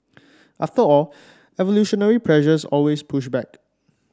after all evolutionary pressures always push back